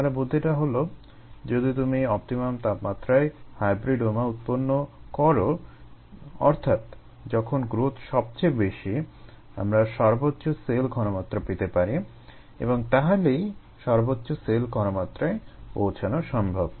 তাহলে বুদ্ধিটা হলো যদি তুমি অপটিমাম তাপমাত্রায় হাইব্রিডোমা উৎপন্ন করো অর্থাৎ যখন গ্রোথ সবচেয়ে বেশি আমরা সর্বোচ্চ সেল ঘনমাত্রা পেতে পারি এবং তাহলেই সর্বোচ্চ সেল ঘনমাত্রায় পৌঁছানো সম্ভব